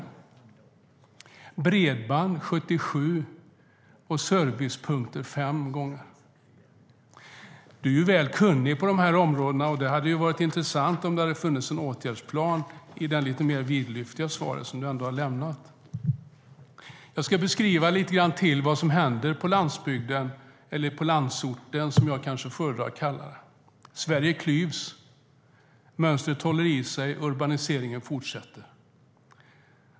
Ministern hade också talat om bredband 87 gånger och servicepunkter 5 gånger. Ministern är väldigt kunnig på områdena, och det hade varit intressant om det hade funnits en åtgärdsplan i det lite mer vidlyftiga svar som ministern har lämnat. Jag ska beskriva lite mer vad som händer på landsbygden, eller i landsorten som jag föredrar att kalla det. Sverige klyvs, mönstret håller i sig och urbaniseringen fortsätter.